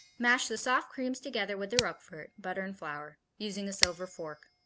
mash the soft creams together with the roquefort, butter and flour, using a silver fork.